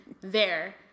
There